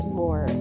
more